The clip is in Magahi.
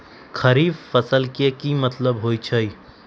खरीफ फसल के की मतलब होइ छइ?